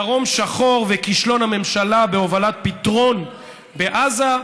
דרום שחור וכישלון הממשלה בהובלת פתרון בעזה,